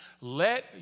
let